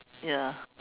ya